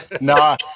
No